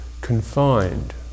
confined